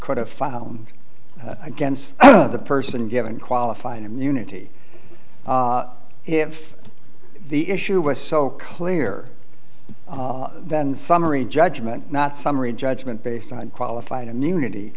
could have filed against the person given qualified immunity if the issue was so clear that in summary judgment not summary judgment based on qualified immunity